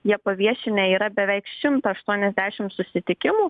jie paviešinę yra beveik šimtą aštuoniasdešim susitikimų